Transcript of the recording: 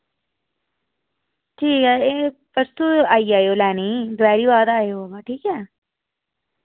ठीक ऐ एह् परसों आई जायो लैने ई दपैह्रीं बाद आयो ठीक ऐ